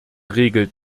regelt